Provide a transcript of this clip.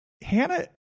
Hannah